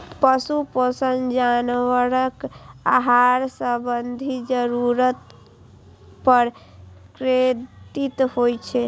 पशु पोषण जानवरक आहार संबंधी जरूरत पर केंद्रित होइ छै